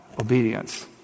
obedience